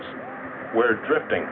us were drifting